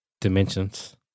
dimensions